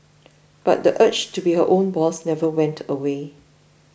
but the urge to be her own boss never went away